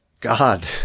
God